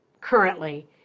currently